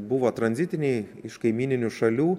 buvo tranzitiniai iš kaimyninių šalių